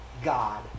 God